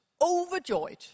Overjoyed